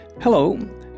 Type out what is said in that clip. hello